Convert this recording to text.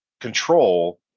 control